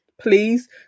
please